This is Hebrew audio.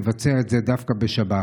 לבצע את זה דווקא בשבת.